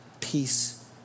peace